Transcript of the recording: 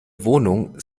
wohnung